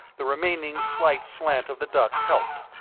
the remaining slight slant of the duct helped.